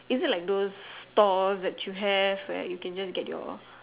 is it like those stores that you have where you can just get your